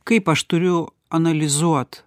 kaip aš turiu analizuot